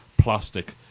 plastic